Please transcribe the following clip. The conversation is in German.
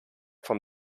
vom